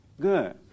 Good